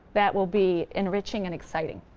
that will be enriching and exciting.